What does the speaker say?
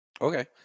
Okay